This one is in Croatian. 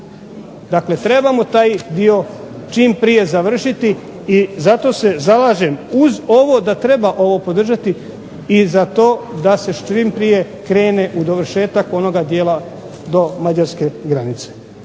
Dakle, trebamo taj dio čim prije završiti i zato se zalažem uz ovo da treba ovo podržati i za to da se čim prije krene u dovršetak onoga dijela do Mađarske granice.